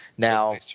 Now